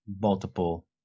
multiple